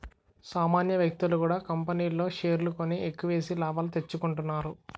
సామాన్య వ్యక్తులు కూడా కంపెనీల్లో షేర్లు కొని ఎక్కువేసి లాభాలు తెచ్చుకుంటున్నారు